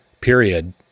period